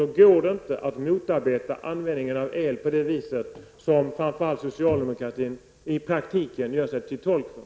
Då går det inte att motarbeta användningen av el på det sätt som framför allt socialdemokratin i praktiken gör sig till tolk för.